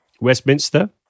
Westminster